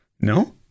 no